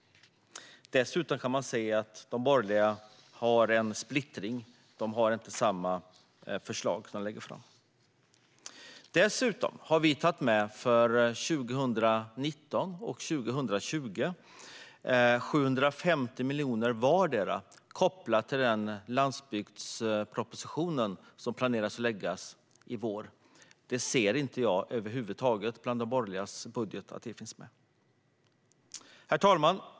Dessutom kan man se att de borgerliga är splittrade. De lägger inte fram samma förslag. För vartdera året 2019 och 2020 har vi dessutom tagit med 750 miljoner kopplat till den landsbygdsproposition vi planerar att lägga fram i vår, och det ser jag inte finns med över huvud taget i de borgerligas budgetförslag. Herr talman!